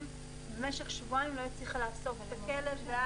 ובמשך שבועיים לא הצליחה לאסוף את הכלב.